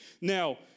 Now